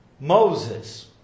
Moses